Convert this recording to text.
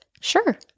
Sure